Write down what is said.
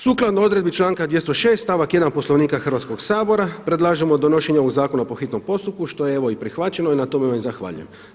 Sukladno odredbi članka 206. stavak 1. Poslovnika Hrvatskog sabora predlažemo donošenje ovog Zakona po hitnom postupku što je evo i prihvaćeno i na tome vam zahvaljujem.